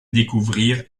découvrir